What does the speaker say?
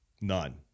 None